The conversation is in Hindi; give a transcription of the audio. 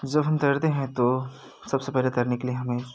जब हम तैरते हैं तो सबसे पहले तैरने के लिए हमें